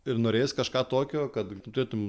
ir norėjos kažką tokio kad turėtum